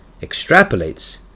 extrapolates